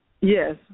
Yes